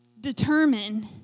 determine